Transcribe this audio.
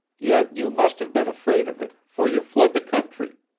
yet you must have been afraid of it, for you fled the country.